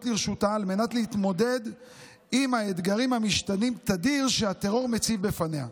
לרשותה על מנת להתמודד עם האתגרים המשתנים תדיר שהטרור מציב בפניה.